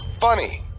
Funny